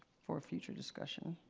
for future discussion?